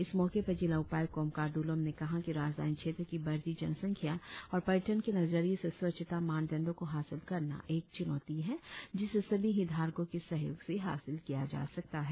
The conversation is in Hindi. इस मौके पर जिला उपायुक्त कोमकार दुलोम ने कहा कि राजधानी क्षेत्र की बढ़ती जनसंख्या और पर्यटन के नजरिये से स्वछता मानदंडो को हासिल करना एक चुनौती है जिसे सभी हितधारकों के सहयोग से हासिल किया जा सकता है